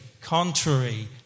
contrary